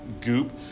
goop